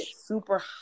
Super